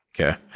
Okay